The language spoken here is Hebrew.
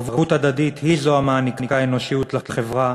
ערבות הדדית היא זו המעניקה אנושיות לחברה